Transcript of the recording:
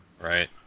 Right